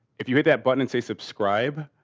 if you hit that button and say subscribe,